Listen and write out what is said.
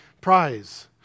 prize